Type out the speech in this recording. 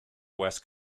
west